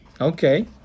okay